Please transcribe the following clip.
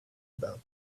about